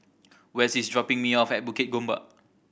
Wes is dropping me off at Bukit Gombak